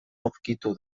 aurkitu